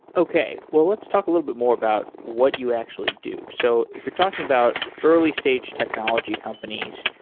okay. well, let's talk a little bit more about what you actually do. so if you're talking about early stage technology companies,